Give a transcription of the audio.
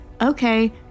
okay